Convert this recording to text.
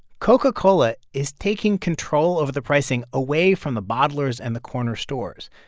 coca-cola is taking control of the pricing away from the bottlers and the corner stores.